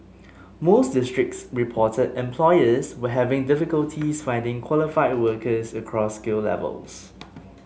most districts reported employers were having difficulties finding qualified workers across skill levels